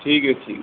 ٹھیک ہےٹھیک